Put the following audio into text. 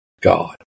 God